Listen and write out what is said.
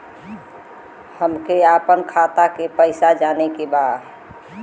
हमके आपन खाता के पैसा जाने के बा